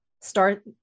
start